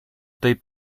tej